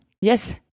Yes